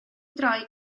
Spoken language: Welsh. droi